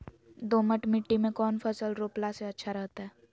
दोमट मिट्टी में कौन फसल रोपला से अच्छा रहतय?